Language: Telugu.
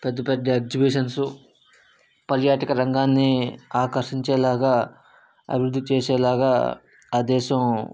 పెద్ద పెద్ద ఎగ్జిబిషన్స్ పర్యాటక రంగాన్ని ఆకర్షించేలాగా అభివృద్ధి చేసేలాగా ఆ దేశం